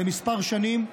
לכמה שנים,